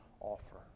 offer